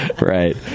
Right